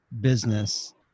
business